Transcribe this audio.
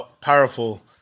powerful